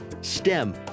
STEM